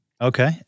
Okay